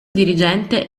dirigente